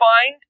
find